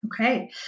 Okay